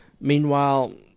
meanwhile